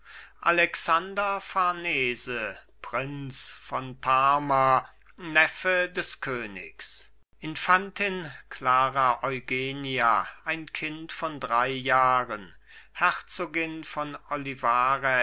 alexander farnese prinz von parma neffe des königs infantin klara eugenia ein kind von drei jahren herzogin von